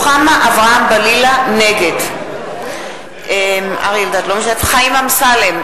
נגד חיים אמסלם,